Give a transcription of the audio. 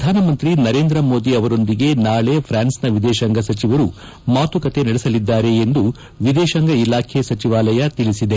ಪ್ರಧಾನಮಂತ್ರಿ ನರೇಂದ್ರ ಮೋದಿ ಅವರೊಂದಿಗೆ ನಾಳೆ ಫ್ರಾನ್ಸ್ನ ವಿದೇಶಾಂಗ ಮಾತುಕತೆ ನಡೆಸಲಿದ್ದಾರೆ ಎಂದು ವಿದೇತಾಂಗ ಸಚಿವರು ಇಲಾಖೆ ಸಚಿವಾಲಯ ತಿಳಿಸಿದೆ